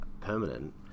permanent